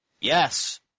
Yes